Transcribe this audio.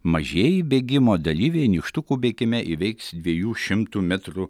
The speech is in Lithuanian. mažieji bėgimo dalyviai nykštukų bėgime įveiks dviejų šimtų metrų